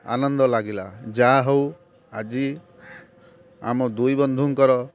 ଆନନ୍ଦ ଲାଗିଲା ଯାହା ହଉ ଆଜି ଆମ ଦୁଇ ବନ୍ଧୁଙ୍କର